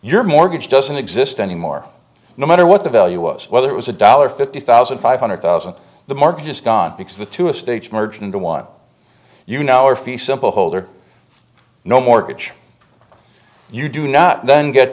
your mortgage doesn't exist anymore no matter what the value was whether it was a dollar fifty thousand five hundred thousand the market is gone because the two estates merged into one you now are fee simple hold or no mortgage you do not then get